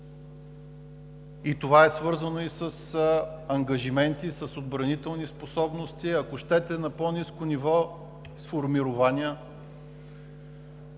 Това е свързано и с ангажименти, с отбранителни способности, ако щете на по-ниско ниво – с формирования.